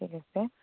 ঠিক আছে